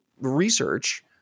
research